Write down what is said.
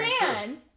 man